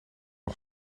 nog